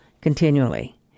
continually